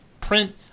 print